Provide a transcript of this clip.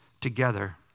together